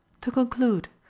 to conclude,